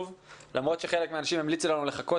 למרות שחלק מהאנשים המליצו לנו לחכות